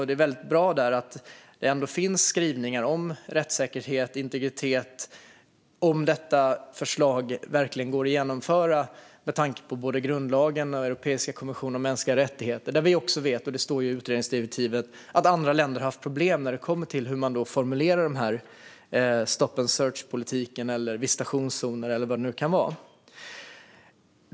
Det är väldigt bra att det ändå finns skrivningar om rättssäkerhet och integritet. Frågan är om detta förslag verkligen går att genomföra med tanke på grundlagen och den europeiska konventionen om de mänskliga rättigheterna. Som det står i utredningsdirektiven har andra länder haft problem med att formulera stop and search-politik, visitationszoner och vad det nu kan vara.